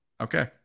Okay